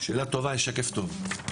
שאלה טובה, יש שקף טוב.